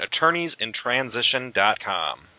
attorneysintransition.com